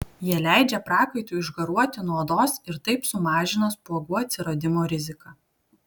jie leidžia prakaitui išgaruoti nuo odos ir taip sumažina spuogų atsiradimo riziką